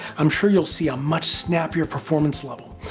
i'm sure you will see a much snappier performance level.